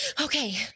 okay